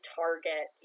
target